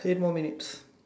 eight more minutes